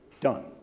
Done